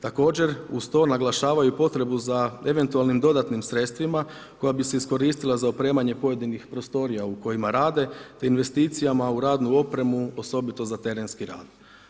Također uz to naglašavaju potrebu za eventualnim dodatnim sredstvima koja bi se iskoristila za opremanje pojedinih prostorija u kojima te investicijama u radnu opremu osobito za terenski rad.